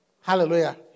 Hallelujah